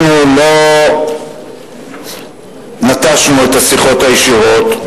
אנחנו לא נטשנו את השיחות הישירות,